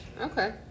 Okay